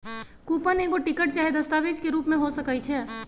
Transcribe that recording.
coupon एगो ticket चाहे दस्तावेज के रूप में हो सकइ छै